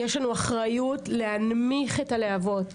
יש לנו אחריות להנמיך את הלהבות.